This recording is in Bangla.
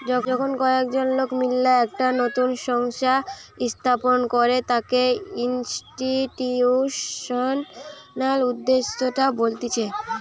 যখন কয়েকজন লোক মিললা একটা নতুন সংস্থা স্থাপন করে তাকে ইনস্টিটিউশনাল উদ্যোক্তা বলতিছে